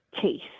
case